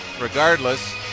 regardless